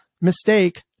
mistake